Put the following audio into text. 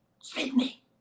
Sydney